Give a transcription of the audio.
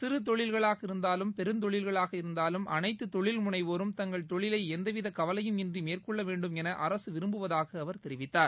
சிறுதொழில்களாக இருந்தாலும் பெருந்தொழில்களாக இருந்தாலும் அனைத்து தொழில் முனைவோரும் தங்கள் தொழிலை எந்தவித கவலைபும் இன்றி மேற்கொள்ளவேண்டும் என அரசு விரும்புவதாக அவர் தெரிவித்தார்